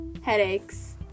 headaches